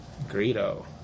Greedo